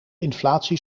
inflatie